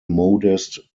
modest